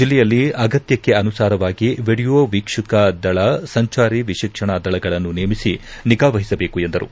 ಜಿಲ್ಲೆಯಲ್ಲಿ ಆಗತ್ಯಕ್ಕೆ ಅನುಸಾರವಾಗಿ ವಿಡಿಯೋ ವೀಕ್ಷಣಾ ದಳ ಸಂಜಾರಿ ವಿಚಕ್ಷಣಾ ದಳಗಳನ್ನು ನೇಮಿಸಿ ನಿಗಾ ಮಹಿಸಬೇಕು ಎಂದರು